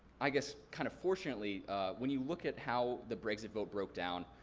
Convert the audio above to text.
i guess kind of fortunately when you look at how the brexit vote broke down,